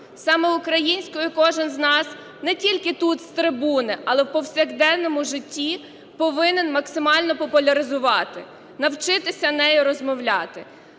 Саме українською кожен з нас не тільки тут з трибуни, але і в повсякденному житті повинен максимально популяризувати, навчитися нею розмовляти.